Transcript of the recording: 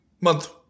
month